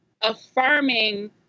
affirming